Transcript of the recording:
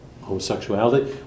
homosexuality